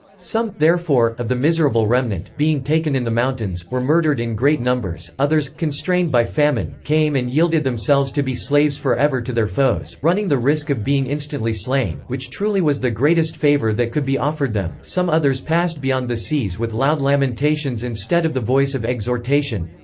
some, therefore, of the miserable remnant, being taken in the mountains, were murdered in great numbers others, constrained by famine, came and yielded themselves to be slaves for ever to their foes, running the risk of being instantly slain, which truly was the greatest favour that could be offered them some others passed beyond the seas with loud lamentations instead of the voice of exhortation.